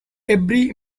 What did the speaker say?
every